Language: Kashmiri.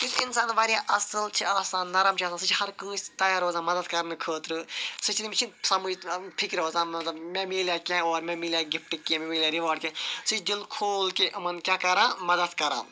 یُس اِنسان واریاہ اصل چھ آسان نرم چھ آسان سُہ چھُ ہر کٲنٛسہِ تیار روزان مدد کَرنہٕ خٲطرٕ سُہ چھُ نہٕ تٔمِس چھُ نہٕ سمجھ فکر روزان مَطلَب مےٚ مِلہِ کینٛہہ اورٕ نہ میلہ گفٹ کینٛہہ مےٚ مِلہِ رِواڑ کینٛہہ سُہ چھُ دل کھول کے یِمن کیاہ کران مدد کران